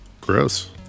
Gross